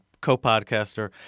co-podcaster